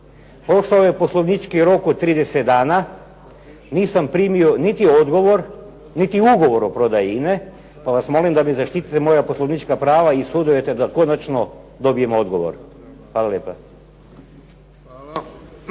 Prošao je poslovnički rok od 30 dana, nisam primio niti odgovor niti ugovor o prodaji INA-e pa vas molim da mi zaštitite moja poslovnička prava i sudujte da konačno dobijem odgovor. Hvala lijepa.